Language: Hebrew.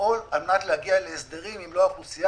ולפעול על מנת להגיע להסדרים עם מלוא האוכלוסייה